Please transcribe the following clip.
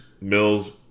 Mills